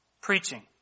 preaching